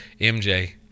MJ